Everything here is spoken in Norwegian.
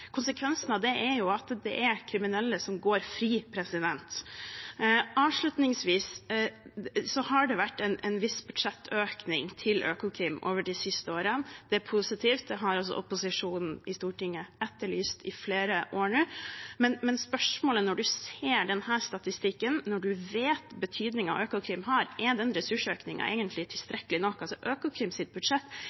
av det er jo at det er kriminelle som går fri. Avslutningsvis: Det har vært en viss budsjettøkning til Økokrim over de siste årene, og det er positivt. Det har også opposisjonen i Stortinget etterlyst i flere år nå. Men spørsmålet er, når en ser denne statistikken, og når en vet hvilken betydning Økokrim har: Er den ressursøkningen egentlig tilstrekkelig?